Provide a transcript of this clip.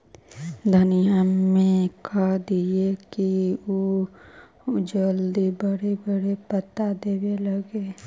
धनिया में का दियै कि उ जल्दी बड़ा बड़ा पता देवे लगै?